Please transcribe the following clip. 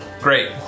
Great